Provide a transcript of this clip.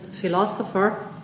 philosopher